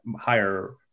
higher